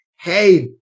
hey